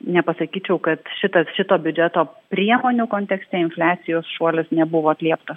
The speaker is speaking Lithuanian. nepasakyčiau kad šitas šito biudžeto priemonių kontekste infliacijos šuolis nebuvo atlieptas